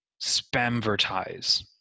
spamvertise